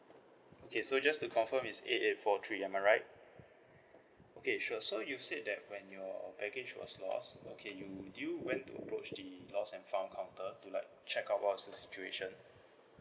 okay so just to confirm is eight eight four three am I right okay sure so you said that when your baggage was lost okay you do you went to approach the lost and found counter to like check out what was the situation